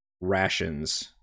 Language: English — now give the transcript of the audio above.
rations